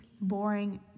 boring